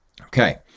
Okay